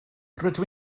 rydw